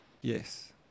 Yes